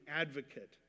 advocate